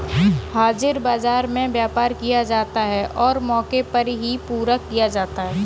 हाजिर बाजार में व्यापार किया जाता है और मौके पर ही पूरा किया जाता है